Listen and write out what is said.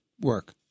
work